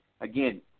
Again